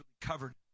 Covered